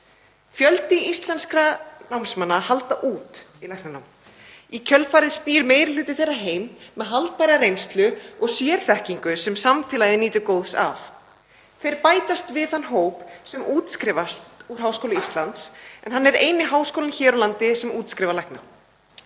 Fjöldi íslenskra námsmanna heldur út í læknanám. Í kjölfarið snýr meiri hluti þeirra heim með haldbæra reynslu og sérþekkingu sem samfélagið nýtur góðs af. Þeir bætast við þann hóp sem útskrifast úr Háskóla Íslands en hann er eini háskólinn hér á landi sem útskrifar lækna.